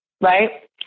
Right